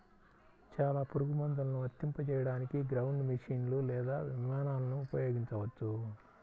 చాలా పురుగుమందులను వర్తింపజేయడానికి గ్రౌండ్ మెషీన్లు లేదా విమానాలను ఉపయోగించవచ్చు